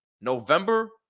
November